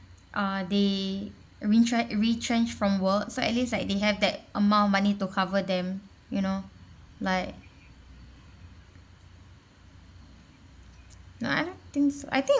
uh they retren~ retrenched from work so at least like they have that amount of money to cover them you know like no I don't think so I think